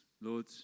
Lord